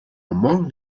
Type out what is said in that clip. among